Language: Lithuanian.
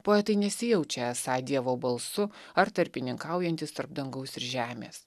poetai nesijaučia esą dievo balsu ar tarpininkaujantys tarp dangaus ir žemės